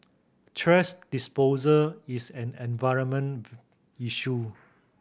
thrash disposal is an environment issue